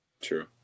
true